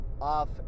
off